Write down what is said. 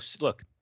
look